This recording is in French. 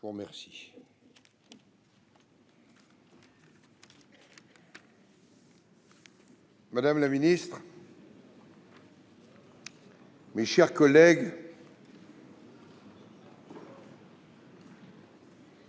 madame le ministre, mes chers collègues,